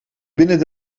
binnen